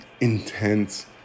intense